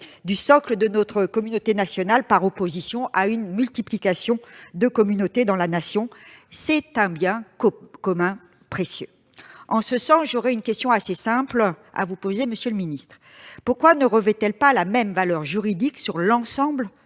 du socle de notre communauté nationale par opposition à une multiplication des communautés dans la Nation. C'est un bien commun précieux. En ce sens, j'aurais une question assez simple à vous poser, monsieur le ministre : pourquoi ne revêt-elle pas la même valeur juridique dans l'ensemble